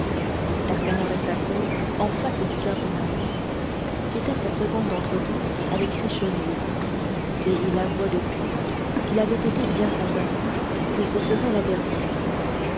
d'artagnan resta seul en face du cardinal c'était sa seconde entrevue avec richelieu et il avoua depuis qu'il avait été bien convaincu que ce serait la dernière